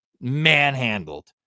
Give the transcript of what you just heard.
manhandled